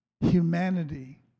humanity